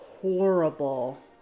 horrible